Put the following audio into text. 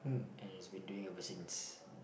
and has been doing ever since